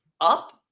up